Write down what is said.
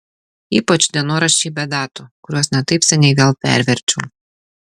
ypač dienoraščiai be datų kuriuos ne taip seniai vėl perverčiau